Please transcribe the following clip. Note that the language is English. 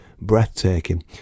breathtaking